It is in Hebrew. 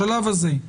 בשלב הזה,